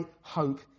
hope